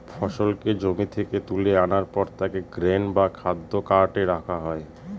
ফসলকে জমি থেকে তুলে আনার পর তাকে গ্রেন বা খাদ্য কার্টে রাখা হয়